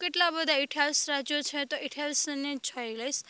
કેટલાં બધાં ઐતિહાસિક રાજ્યો છે તો ઈતિહાસને જોઈ લઇશ